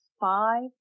five